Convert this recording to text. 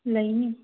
ꯂꯩꯅꯤ